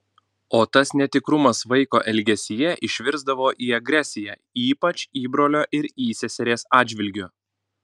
o tas netikrumas vaiko elgesyje išvirsdavo į agresiją ypač įbrolio ir įseserės atžvilgiu